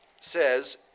says